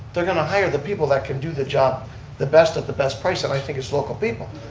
they're going to hire the people that can do the job the best at the best price, and i think it's local people,